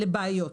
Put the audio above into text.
לבעיות.